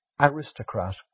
aristocrat